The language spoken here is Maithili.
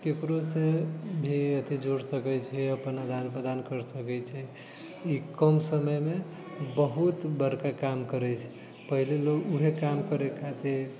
ककरोसँ भी अथि जोड़ि सकैत छै अपन आदान प्रदान करि सकैत छै ई कम समयमे बहुत बड़का काम करैत छै पहले लोक ओहे काम करए खातिर